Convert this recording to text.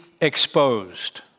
exposed